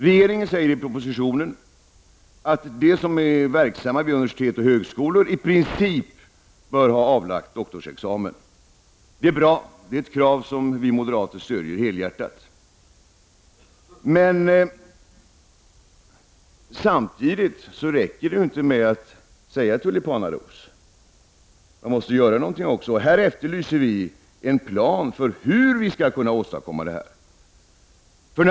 Regeringen säger i propositionen att de som är verksamma vid universitet och högskolor i princip bör ha avlagt doktorsexamen. Det är bra, och det är ett krav som vi moderater stöder helhjärtat. Samtidigt räcker det inte med att bara säga tulipanaros. Man måste göra någonting också, och här efterlyser vi moderater en plan för hur man skall kunna åstadkomma detta.